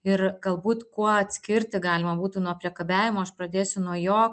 ir galbūt kuo atskirti galima būtų nuo priekabiavimo aš pradėsiu nuo jo